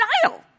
style